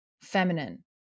feminine